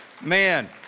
Man